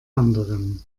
anderen